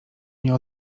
nie